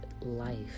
life